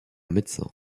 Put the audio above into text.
médecin